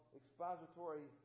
expository